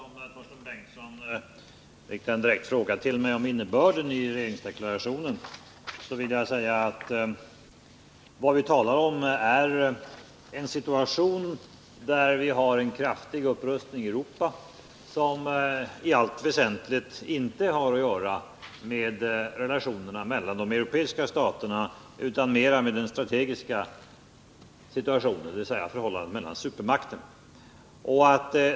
Fru talman! Eftersom Torsten Bengtson riktade en direkt fråga till mig om vilken innebörden är i regeringsdeklarationen vill jag säga följande: Vad vi talar om är en situation med kraftig upprustning i Europa som i allt väsentligt inte har att göra med relationerna mellan de europeiska staterna, utan mera med den strategiska situationen, dvs. förhållandet mellan supermakterna.